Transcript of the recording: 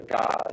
God